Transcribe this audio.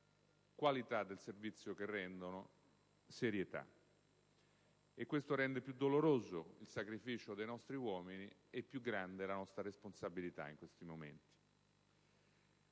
qualità del servizio che rendono, serietà. Questo rende più doloroso il sacrificio dei nostri uomini e più grande la nostra responsabilità in questi momenti.